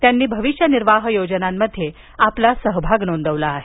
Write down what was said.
त्यांनी भविष्य निर्वाह योजनांमध्ये आपला सहभाग नोंदविला आहे